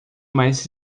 mais